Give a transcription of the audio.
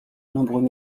nombreux